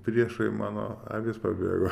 priešai mano avys pabėgo